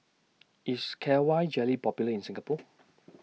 IS K Y Jelly Popular in Singapore